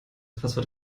passwort